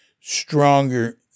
stronger